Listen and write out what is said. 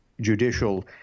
judicial